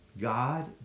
God